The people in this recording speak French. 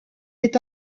est